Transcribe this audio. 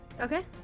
Okay